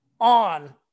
on